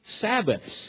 Sabbaths